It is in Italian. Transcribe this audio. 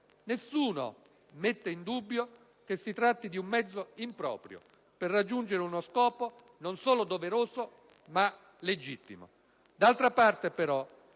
Nessuno mette in dubbio che si tratti di un mezzo improprio per raggiungere uno scopo non solo legittimo